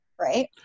Right